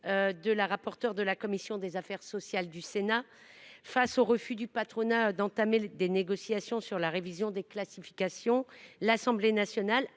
de la rapporteure de la commission des affaires sociales du Sénat. Face au refus du patronat d’entamer des négociations sur la révision des classifications, l’Assemblée nationale